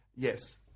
Yes